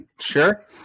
Sure